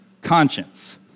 conscience